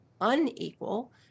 unequal